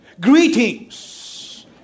Greetings